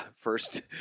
first